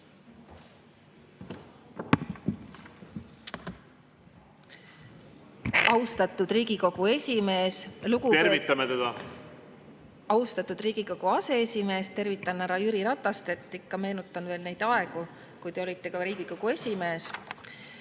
Austatud Riigikogu esimees! Tervitame teda! Austatud Riigikogu aseesimees! Tervitan härra Jüri Ratast, ikka meenutan neid aegu, kui te olite Riigikogu esimees.